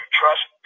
trust